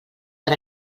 per